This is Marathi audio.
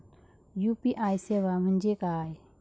यू.पी.आय सेवा म्हणजे काय?